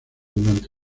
durante